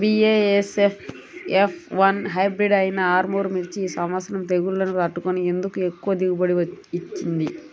BASF F one hybrid అయినా ఆర్ముర్ మిర్చి ఈ సంవత్సరం తెగుళ్లును తట్టుకొని ఎందుకు ఎక్కువ దిగుబడి ఇచ్చింది?